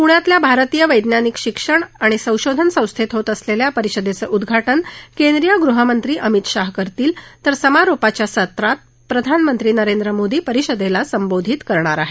पुण्यातल्या भारतीय वैज्ञानिक शिक्षण आणि संशोधन संस्थेत होत असलेल्या या परिषदेचं उद्घाटन केंद्रिय गृहमंत्री अमित शाह करतील तर समारोपाच्या सत्रात प्रधानमंत्री नरेंद्र मोदी परिषदेला संबोधित करणार आहेत